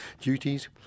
duties